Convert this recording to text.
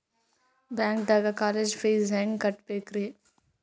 ಬ್ಯಾಂಕ್ದಾಗ college fees ಹೆಂಗ್ ಕಟ್ಟ್ಬೇಕ್ರಿ?